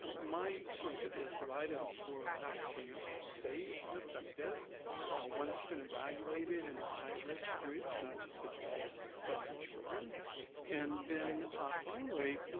ah my sort of hit list of items for a vaccine are safe and effective one that's been evaluated in the high risk groups, not just adults but in children and then finally,